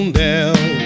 down